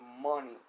money